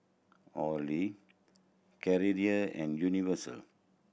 Olay Carrera and Universal